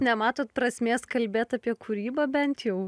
nematot prasmės kalbėt apie kūrybą bent jau